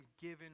given